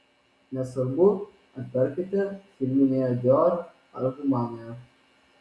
nesvarbu ar perkate firminėje dior ar humanoje